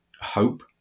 hope